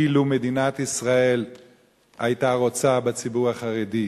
אילו מדינת ישראל היתה רוצה בציבור החרדי,